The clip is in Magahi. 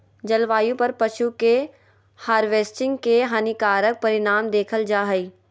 जलवायु पर पशु के हार्वेस्टिंग के हानिकारक परिणाम देखल जा हइ